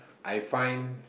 I find